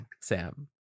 Sam